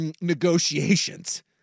negotiations